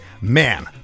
man